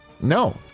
No